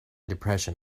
depression